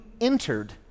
entered